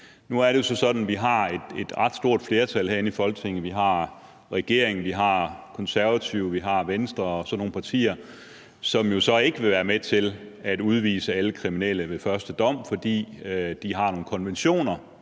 Nu er det jo sådan, at vi har et ret stort flertal herinde i Folketinget – vi har regeringen, vi har Konservative, vi har Venstre og sådan nogle partier – som jo så ikke vil være med til at udvise alle kriminelle ved første dom, fordi de har nogle konventioner,